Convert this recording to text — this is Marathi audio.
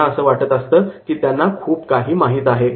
त्यांना असं वाटत असतं की त्यांना खूप काही माहित आहे